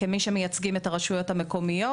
כמי שמייצגים את הרשויות המקומיות.